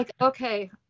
okay